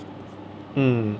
mm